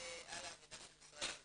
על העבודה של משרד הבריאות.